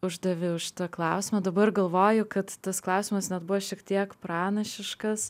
uždaviau šitą klausimą dabar galvoju kad tas klausimas net buvo šiek tiek pranašiškas